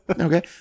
Okay